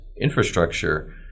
infrastructure